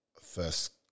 First